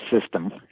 system